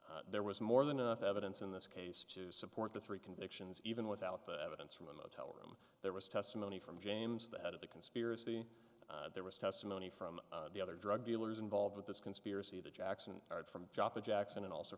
sufficiency there was more than enough evidence in this case to support the three convictions even without the evidence from a motel room there was testimony from james the head of the conspiracy there was testimony from the other drug dealers involved with this conspiracy that jackson art from jackson and also